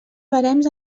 barems